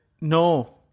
no